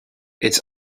its